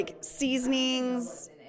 seasonings